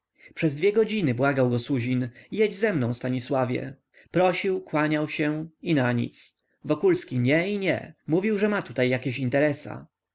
przez dwie godziny błagał go suzin jedź ze mną stanisławie prosił kłaniał się i nanic wokulski nie i nie mówił że ma tutaj jakieś interesa